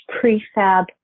prefab